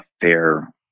fair